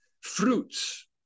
fruits